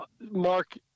Mark